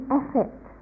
effect